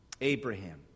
Abraham